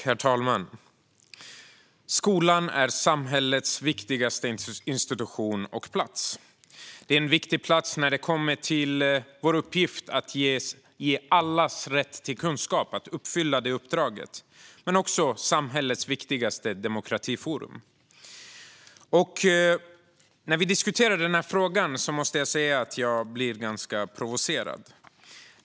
Herr talman! Skolan är samhällets viktigaste institution och plats. Det är en viktig plats när det kommer till att uppfylla vårt uppdrag om allas rätt till kunskap, men det är också samhällets viktigaste demokratiforum. När vi diskuterar den här frågan måste jag säga att jag blir ganska provocerad.